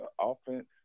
Offense